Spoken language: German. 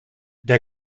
der